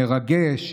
מרגש.